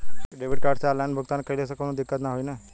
Debit card से online भुगतान कइले से काउनो दिक्कत ना होई न?